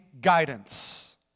guidance